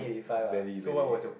belly belly